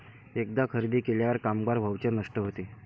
एकदा खरेदी केल्यावर कामगार व्हाउचर नष्ट होते